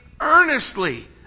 earnestly